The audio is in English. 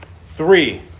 three